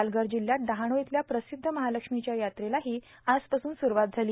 पालघर जिल्ह्यात डहाणू इथल्या प्रसिद्ध महालक्ष्मीच्या यात्रेलाही आजपासून सुरूवात झाली